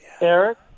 Eric